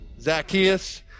Zacchaeus